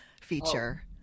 feature